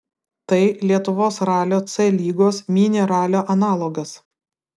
tai lietuvos ralio c lygos mini ralio analogas